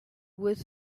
with